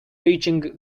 reaching